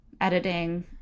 editing